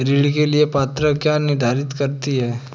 ऋण के लिए पात्रता क्या निर्धारित करती है?